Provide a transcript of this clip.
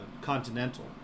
Continental